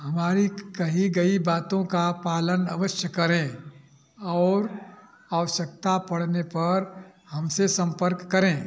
हमारी कही गई बातों का पालन अवश्य करें और आवश्यकता पड़ने पर हमसे सम्पर्क करें